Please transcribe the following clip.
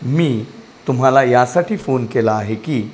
मी तुम्हाला यासाठी फोन केला आहे की